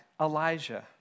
Elijah